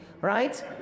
right